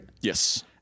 Yes